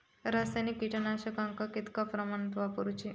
रासायनिक कीटकनाशका कितक्या प्रमाणात वापरूची?